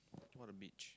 what a bitch